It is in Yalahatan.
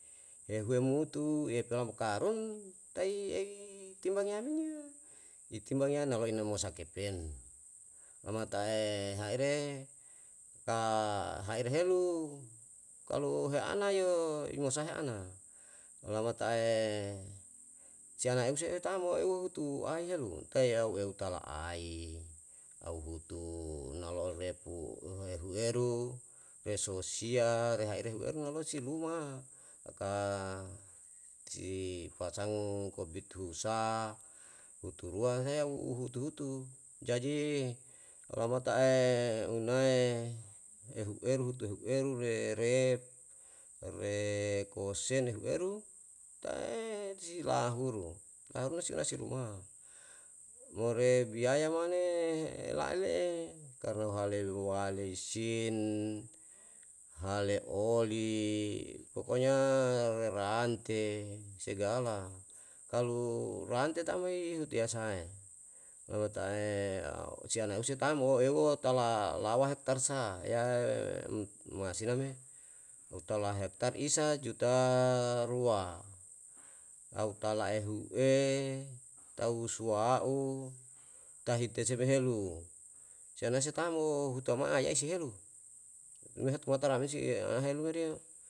ehuwe mutu epulawa umkarun tai ei timbang yan men yo, itimbang yana inama mo sakepen, omata'e haire ta haire helu kalu he ana yo imo sahe ana, lamatae se ana eu se'e tam euhuwo hutu aihelu, tayau eu tala ai, auhutu nalo'onepu ohueru hes sosia re haire ehueru nalo'o si rumah, saka si pasang kobit tuhus, huturua heyau u hutu hutu, jadi lamata'e unae ehueru tehueru re rep kosen ehueru tae si lahuru, tahanu si anasi rumah. Mo re biaya mane ela'e le'e, karna hale luhuwale waerisin, hale oli, pkoknya re rante, segala. Kalu rante tamei itutiya sahae? Na mata'e si anause tam o euwo tala lawa hektar sa yae um masina me utala hektar isa juta rua, tau talla ehu e, tau suwa'u, tatihite sebehelu, se anase tam mo, hutama'a aiyai si helu me he tumata rame si'e ahelu meri yo